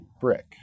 Brick